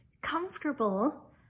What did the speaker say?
comfortable